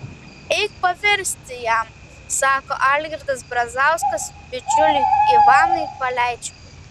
eik paversti jam sako algirdas brazauskas bičiuliui ivanui paleičikui